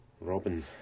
Robin